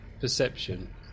perception